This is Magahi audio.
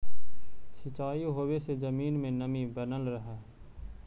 सिंचाई होवे से जमीन में नमी बनल रहऽ हइ